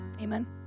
Amen